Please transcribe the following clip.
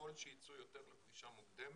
ככל שיצאו יותר לפרישה מוקדמת,